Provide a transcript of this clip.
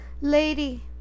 lady